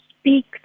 speak